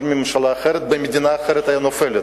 כל ממשלה אחרת במדינה אחרת היתה נופלת,